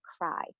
cry